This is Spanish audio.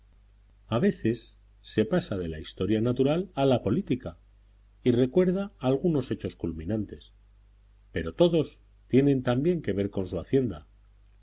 a veces se pasa de la historia natural a la política y recuerda algunos hechos culminantes pero todos tienen también que ver con su hacienda